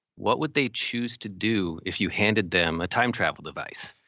what would they choose to do if you handed them a time travel device?